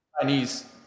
Chinese